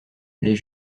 les